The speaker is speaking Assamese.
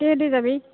কিহেদি যাবি